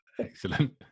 Excellent